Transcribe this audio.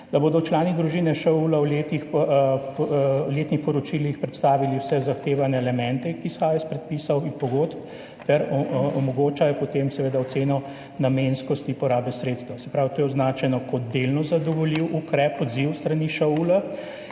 da bodo člani družine ŠOUL v letnih poročilih predstavili vse zahtevane elemente, ki izhajajo iz predpisov in pogodb ter omogočajo potem seveda oceno namenskosti porabe sredstev. Se pravi, to je označeno kot delno zadovoljiv ukrep, odziv s strani ŠOUL.